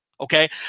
Okay